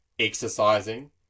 exercising